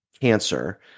cancer